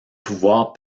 pouvoir